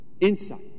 insight